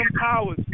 powers